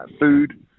food